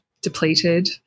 depleted